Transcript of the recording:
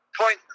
point